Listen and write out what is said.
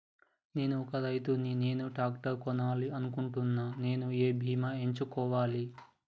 నేను ఒక రైతు ని నేను ట్రాక్టర్ కొనాలి అనుకుంటున్నాను నేను ఏ బీమా ఎంచుకోవాలి?